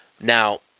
Now